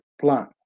plan